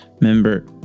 member